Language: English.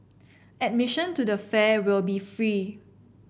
admission to the fair will be free